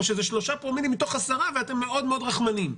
או שאלו שלושה פרומילים מתוך עשרה ואתה מאוד מאוד רחמנים?